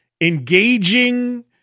engaging